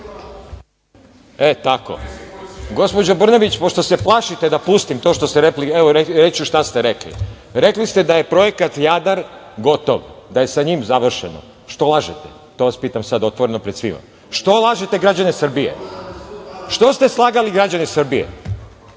E tako, gospođo Brnabić, pošto se plašite da pustim to što ste rekli, ja ću reći šta ste rekli. Rekli ste da je projekat „Jadar“ gotov, da je sa njim završeno. Što lažete? To vas pitam sada otvoreno pred svima, zašto lažete građane Srbije? Što ste slagali građane Srbije?